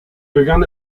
begann